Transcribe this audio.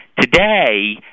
Today